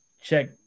check